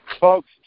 Folks